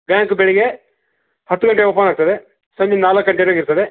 bank ಬೆಳಿಗ್ಗೆ ಹತ್ತು ಗಂಟೆಗೆ ಓಪನ್ ಆಗ್ತದೆ ಸಂಜೆ ನಾಲ್ಕು ಗಂಟೆವರೆಗೆ ಇರ್ತದೆ